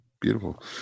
beautiful